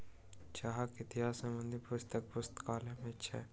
चाहक इतिहास संबंधी पुस्तक पुस्तकालय में छल